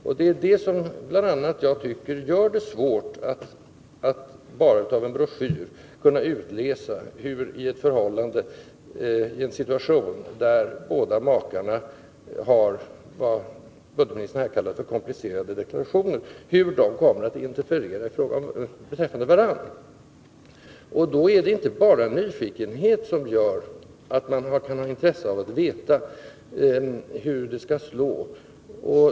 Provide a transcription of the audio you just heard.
Om det likväl är så måste det vara svårt att bara av en broschyr kunna utläsa hur i en situation, där båda makarna har vad budgetministern här kallade för komplicerade deklarationer, dessa kommer att interferera med varandra. Då är det inte bara nyfikenhet som gör att man kan ha intresse av att veta hur det kommer att slå.